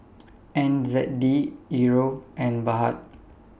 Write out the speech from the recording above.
N Z D Euro and Baht